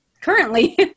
Currently